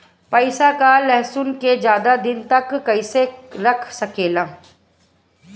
प्याज और लहसुन के ज्यादा दिन तक कइसे रख सकिले?